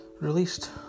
released